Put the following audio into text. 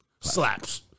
slaps